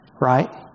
right